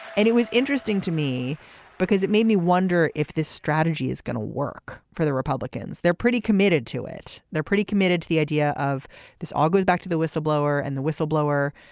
and it was interesting to me because it made me wonder if this strategy is going to work for the republicans. they're pretty committed to it. they're pretty committed to the idea of this all goes back to the whistleblower and the whistleblower.